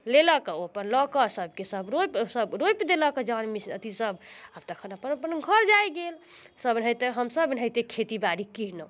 लेलक ओ अपन लऽ कऽ सभके सभ रोपि सभ रोपि देलक जौन मिस्त्री अथी सभ तखन अपन अपन घर जाइ गेल सभ रहिते हमसभ एनाहिते खेती बाड़ी केनहुँ